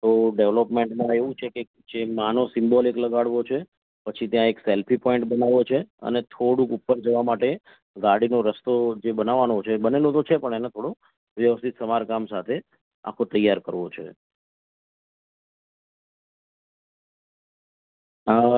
તો ડેવલપમેન્ટમાં એવું છે કે જે માનો સિમ્બોલ લગાડવો છે પછી ત્યાં એક સેલ્ફી પોઈન્ટ બનાવવો છે અને થોડુંક ઉપર જવા માટે ગાડીનો રસ્તો જે બનાવવાનો છે એ બનેલો તો છે પણ એનું થોડો વ્યવસ્થિત સમારકામ સાથે આખો તૈયાર કરવો છે